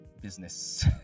business